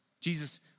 Jesus